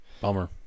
Bummer